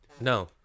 No